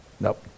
Nope